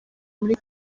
muri